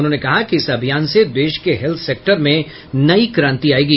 उन्होंने कहा कि इस अभियान से देश के हेल्थ सेक्टर में नई क्रांति आयेगी